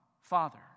Father